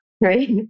right